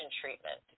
treatment